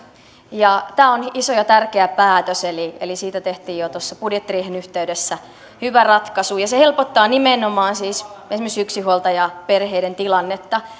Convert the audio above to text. tämä on iso ja tärkeä päätös eli eli siitä tehtiin jo budjettiriihen yhteydessä hyvä ratkaisu ja se siis helpottaa nimenomaan esimerkiksi yksinhuoltajaperheiden tilannetta